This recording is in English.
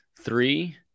Three